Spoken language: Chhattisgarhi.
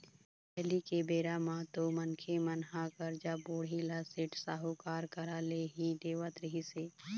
पहिली के बेरा म तो मनखे मन ह करजा, बोड़ी ल सेठ, साहूकार करा ले ही लेवत रिहिस हे